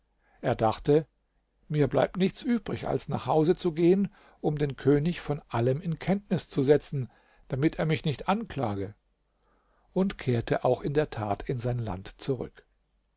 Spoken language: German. er dachte mir bleibt nichts übrig als nach hause zu gehen um den könig von allem in kenntnis zu setzen damit er mich nicht anklage und kehrte auch in der tat in sein land zurück